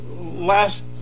last